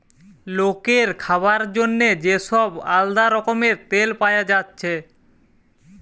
লোকের খাবার জন্যে যে সব আলদা রকমের তেল পায়া যাচ্ছে